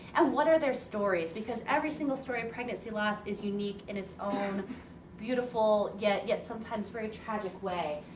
and what are their stories? because every single story of pregnancy loss is unique in its own beautiful, yet yet sometimes very tragic, way.